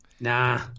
Nah